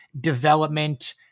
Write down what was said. development